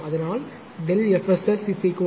அதனால் FSS 0